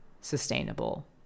sustainable